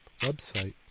website